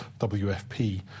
WFP